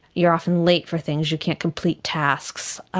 you are often late for things, you can't complete tasks. ah